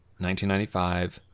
1995